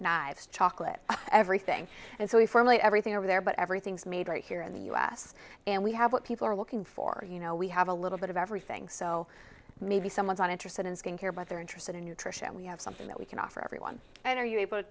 knives chocolate everything and so we firmly everything over there but everything's made right here in the u s and we have what people are looking for you know we have a little bit of everything so maybe someone's not interested in skincare but they're interested in nutrition and we have something that we can offer everyone and are you able to